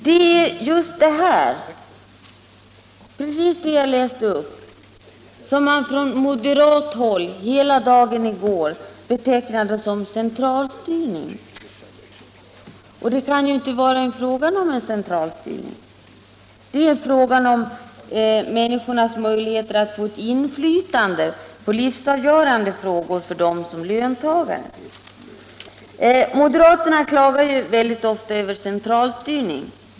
Det är just detta som man från moderathåll hela dagen i går betecknade som centralstyrning. Det kan inte vara fråga om en centralstyrning. Det är fråga om människornas möjligheter att få ett inflytande på livsavgörande frågor för dem som löntagare. Moderaterna klagar ofta över centralstyrning.